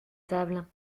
table